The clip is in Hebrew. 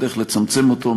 והדרך לצמצם אותו,